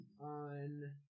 on